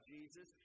Jesus